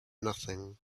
nothing